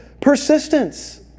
persistence